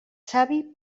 savi